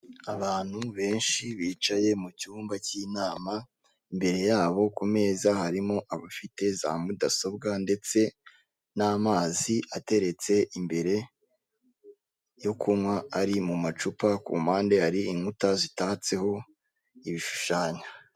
Abantu benshi bicaye mu cyumba cy'inama, imbere yabo ku meza harimo abafite za mudasobwa, ndetse n'amazi ateretse imbere yo kunywa ari mu macupa ku mpande hari inkuta zitatseho ibishushanyo.